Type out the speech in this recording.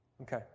Okay